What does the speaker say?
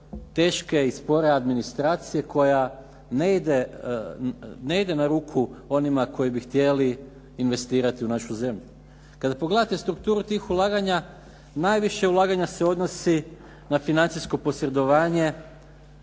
teške i spore administracije koja ne ide na ruku onima koji bi htjeli investirati u našu zemlju. Kada pogledate strukturu tih ulaganja najviše ulaganja se odnosi na financijsko posredovanje